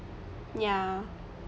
ya